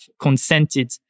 consented